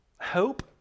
hope